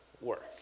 work